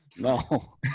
No